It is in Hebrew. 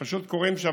שפשוט קורים שם,